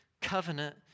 covenant